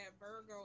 Virgo